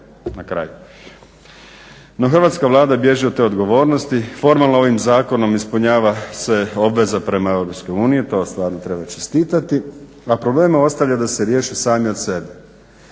na kraju. No, hrvatska Vlada bježi od te odgovornosti. Formalno ovim zakonom ispunjava se obveza prema EU. To stvarno treba čestitati, a probleme ostavlja da se riješe sami od sebe.